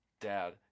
Dad